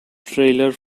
trailer